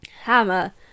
Hammer